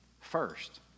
first